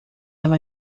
ela